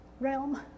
realm